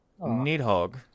Needhog